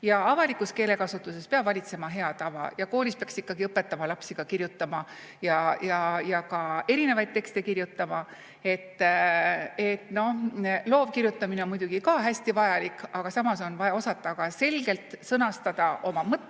ja avalikus keelekasutuses peab valitsema hea tava. Koolis peaks lapsi ikkagi õpetama ka kirjutama, ja ka erinevaid tekste kirjutama. Loovkirjutamine on muidugi hästi vajalik, aga samas on vaja osata selgelt sõnastada oma mõtteid